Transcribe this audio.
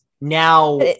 Now